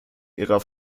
ihrer